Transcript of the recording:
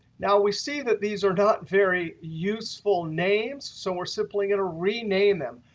now, we see that these are not very useful names. so we're simply going to rename them.